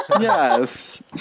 Yes